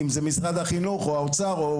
אם זה משרד החינוך או האוצר,